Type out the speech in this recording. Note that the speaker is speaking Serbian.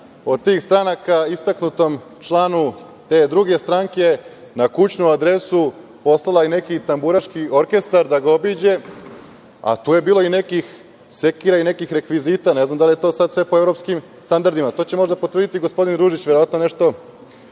od tih stranaka istaknutom članu te druge stranke, na kućnu adresu poslala neki tamburaški orkestar da ga obiđe, a tu je bilo i nekih sekira i nekih rekvizita, ne znam da li je to sad sve po evropskim standardima. To će možda potvrditi gospodin Ružić, verovatno nešto